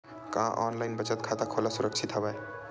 का ऑनलाइन बचत खाता खोला सुरक्षित हवय?